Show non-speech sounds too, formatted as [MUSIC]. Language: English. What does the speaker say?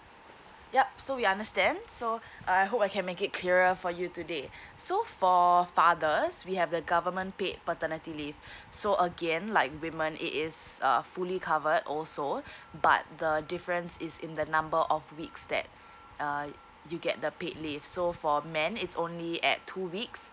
yup so we understand so I I hope I can make it clearer for you today so for fathers we have the government paid paternity leave so again like women it is err fully covered also [BREATH] but the difference is in the number of weeks that uh you get the paid leave so for men it's only at two weeks